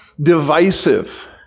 divisive